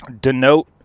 denote